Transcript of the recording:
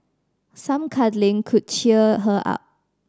some cuddling could cheer her up